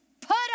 put